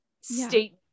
state